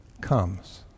comes